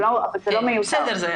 אבל זה לא מיותר.